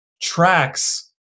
tracks